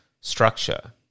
structure